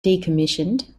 decommissioned